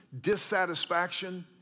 dissatisfaction